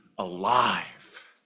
Alive